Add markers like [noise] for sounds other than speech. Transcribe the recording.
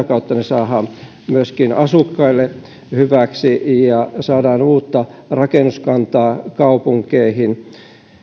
[unintelligible] kautta ne saadaan myöskin asukkaille hyväksi ja saadaan uutta rakennuskantaa kaupunkeihin